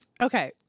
Okay